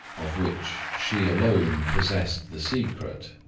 of which she alone possessed the secret